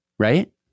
Right